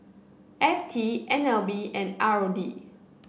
F T N L B and R O D